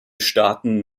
staaten